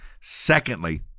Secondly